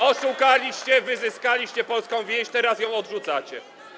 Oszukaliście, wyzyskaliście polską wieś, teraz ją odrzucacie.